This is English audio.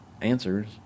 answers